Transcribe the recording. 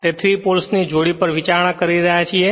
તે 3 પોલ્સ ની જોડી પર વિચારણા કરી રહ્યા છીયે